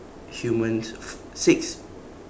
humans six